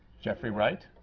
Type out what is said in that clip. jeffrey wright,